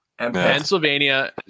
pennsylvania